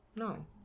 no